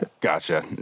Gotcha